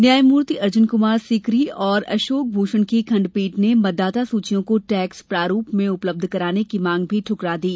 न्यायमूर्ति अर्जन कुमार सीकरी और अशोक मूषण की खण्डपीठ ने मतदाता सूचियों को टैक्ट प्रारूप में उपलब्ध कराने की मांग भी दुकरा दी